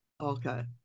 Okay